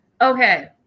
Okay